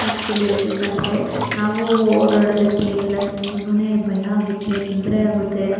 actually ಹೇಳ್ಬೇಕಂದ್ರೆ ನಾವು ಓಡಾಡುವುದಕ್ಕೆ ಎಲ್ಲದ್ಕೆ ತುಂಬ ಭಯ ಆಗುತ್ತೆ ತೊಂದರೆ ಆಗುತ್ತೆ